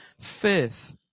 faith